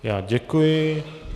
Já děkuji.